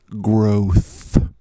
Growth